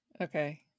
Okay